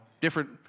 different